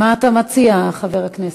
מה אתה מציע, חבר הכנסת?